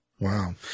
Wow